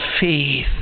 faith